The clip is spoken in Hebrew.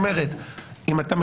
ראשית,